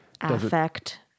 affect